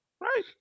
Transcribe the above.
right